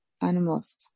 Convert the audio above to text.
animals